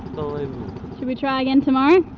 should we try again tomorrow?